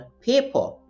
paper